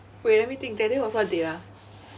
wait let me think that day was what date ah